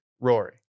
Rory